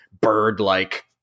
bird-like